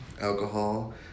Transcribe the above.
Alcohol